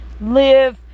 live